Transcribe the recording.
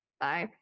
Bye